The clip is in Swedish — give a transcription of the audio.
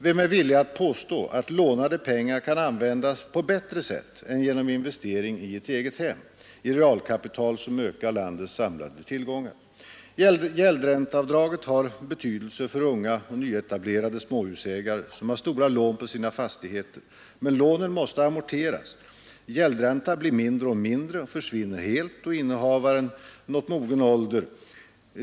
Vem är villig att påstå, att lånade pengar kan användas på bättre sätt än genom investering i ett eget hem i realkapital, som ökar landets samlade tillgångar? Gäldränteavdraget har betydelse för unga och nyetablerade småhusägare, som har stora lån på sina fastigheter. Men lånen måste amorteras. Gäldräntan blir mindre och mindre och försvinner helt, då innehavaren når mogen ålder.